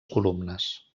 columnes